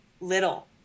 little